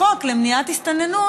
החוק למניעת הסתננות